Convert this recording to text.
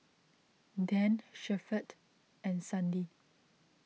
Dan Shepherd and Sandi